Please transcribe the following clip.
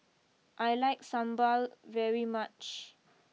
I like Sambal very much